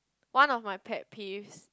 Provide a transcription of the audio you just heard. one of my pet peeves